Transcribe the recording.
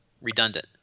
redundant